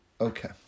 Okay